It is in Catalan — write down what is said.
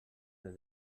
del